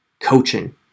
Coaching